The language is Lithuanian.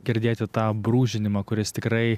girdėti tą brūžinimą kuris tikrai